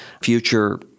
future